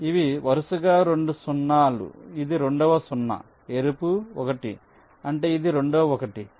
ఇవి వరుసగా రెండు 0 ఇది రెండవ 0 ఎరుపు 1 అంటే ఇది రెండవ 1